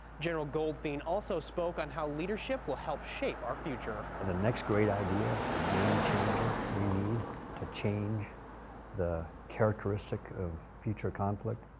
general goldfein also spoke on how leadership will help shape our future. the next great idea the game changer we need to change the characteristic of future conflict,